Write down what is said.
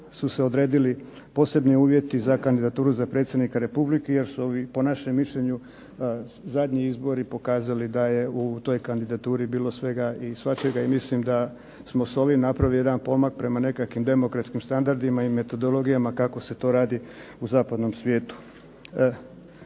su se odredili posebni uvjeti za kandidaturu za predsjednika Republike, jer su ovi po našem mišljenju zadnji izbori pokazali da je u toj kandidaturi bilo svega i svačega, i mislim da smo s ovim napravili jedan pomak prema nekakvim demokratskim standardima i metodologijama kako se to radi u zapadnom svijetu.